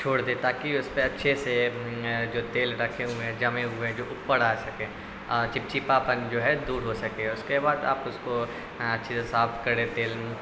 چھوڑ دیں تاکہ اس پہ اچھے سے جو تیل رکھے ہوئے ہیں جمے ہوئے ہیں جو اوپر آ سکیں چپچپاپن جو ہے دور ہو سکے اس کے بعد آپ اس کو اچھے سے صاف کریں تیل میں